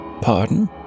Pardon